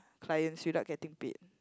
clients without getting paid